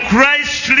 Christ